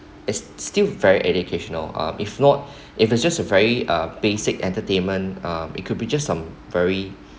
it's still very educational uh if not if it's just a very uh basic entertainment uh it could be just some very